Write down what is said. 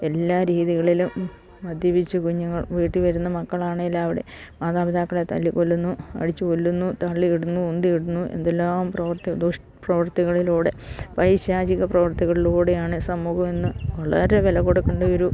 എല്ലാ രീതികളിലും മദ്യപിച്ച് കുഞ്ഞുങ്ങൾ വീട്ടില് വരുന്നു മക്കളാണ് ഇവിടെ മാതാപിതാക്കളെ തല്ലിക്കൊല്ലുന്നു അടിച്ചുകൊല്ലുന്നു തള്ളിയിടുന്നു ഉന്തിയിടുന്നു എന്തെല്ലാം പ്രവർത്തി ദുഷ്പ്രവർത്തികളിലൂടെ പൈശാചിക പ്രവർത്തികളിലൂടെയാണ് സമൂഹം ഇന്ന് വളരെ വില കൊടുക്കേണ്ട ഒരു